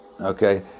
okay